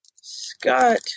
Scott